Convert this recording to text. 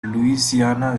louisiana